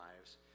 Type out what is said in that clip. lives